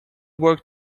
work